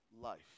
life